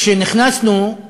כשנכנסנו,